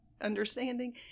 understanding